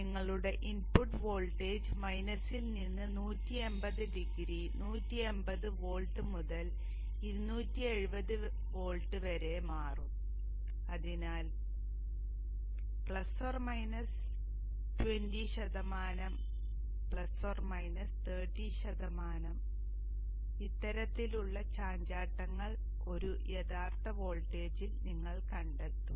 നിങ്ങളുടെ input voltage മൈനസിൽ നിന്ന് 180 ഡിഗ്രി 180 വോൾട്ട് മുതൽ 270 വോൾട്ട് വരെ മാറും അതിനാൽ 20 ശതമാനം 30 ശതമാനം ഇത്തരത്തിലുള്ള ചാഞ്ചാട്ടങ്ങൾ ഒരു യഥാർത്ഥ വോൾട്ടേജിൽ നിങ്ങൾ കണ്ടെത്തും